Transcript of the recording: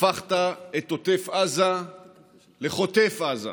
הפכת את עוטף עזה לחוטף עזה,